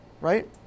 right